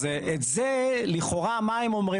אז את זה, לכאורה, מה הם אומרים?